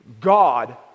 God